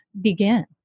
begin